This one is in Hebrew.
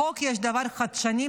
בחוק יש דבר חדשני,